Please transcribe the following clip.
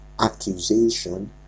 accusation